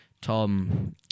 Tom